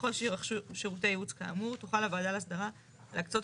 ככל שיירכשו שירותי ייעוץ כאמור תוכל הוועדה להסדרה להקצות